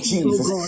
Jesus